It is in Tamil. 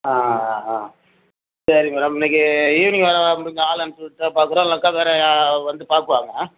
ஆ ஆ ஆ ஆ சரி மேடம் இன்னிக்கி ஈவினிங் வர முடிஞ்சா ஆளு அனுப்புச்சுட்டா பார்க்கறோம் இல்லைனாக்கா வேற வந்து பார்ப்பாங்க